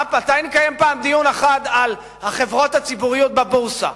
מתי נקיים פעם דיון על החברות הציבוריות בבורסה?